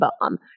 bomb